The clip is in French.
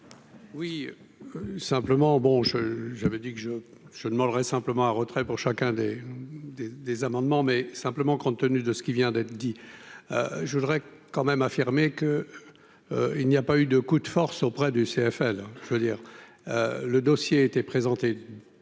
Oui, simplement, bon je je avais dit que je je demanderais simplement un retrait pour chacun des, des, des amendements mais simplement compte tenu de ce qui vient d'être dit, je voudrais quand même affirmé qu'il n'y a pas eu de coup de force auprès du CFL, je veux dire, le dossier était présenté